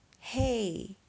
Hey